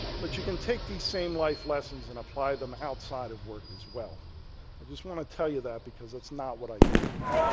but you can take these same life lesson and apply them outside of work as well. i just want to tell you that because it's not what i did here.